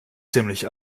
ziemlich